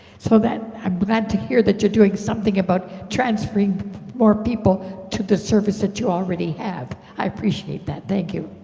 so that i'm glad to hear that you're doing something about transferring more people to the service that you already have. i appreciate that. thank you.